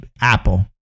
Apple